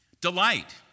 Delight